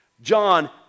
John